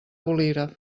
bolígraf